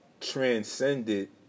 Transcended